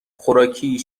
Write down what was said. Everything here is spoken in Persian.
خوراکی